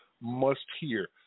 must-hear